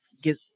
get